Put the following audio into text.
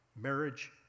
marriage